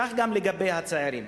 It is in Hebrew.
כך גם לגבי הצעירים.